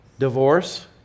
Divorce